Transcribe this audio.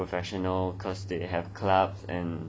professional because they have clubs and